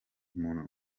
umuntu